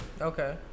okay